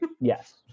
Yes